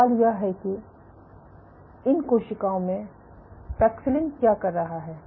अब सवाल यह है कि इन कोशिकाओं में पैक्सिलिन क्या कर रहा है